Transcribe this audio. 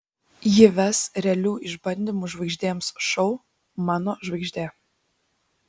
ji ves realių išbandymų žvaigždėms šou mano žvaigždė